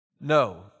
No